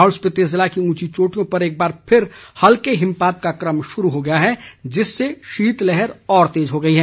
लाहौल स्पीति ज़िले की ऊंची चोटियों पर एकबार फिर हल्के हिमपात का क्रम शुरू हो गया है जिससे शीतलहर और तेज़ हो गई है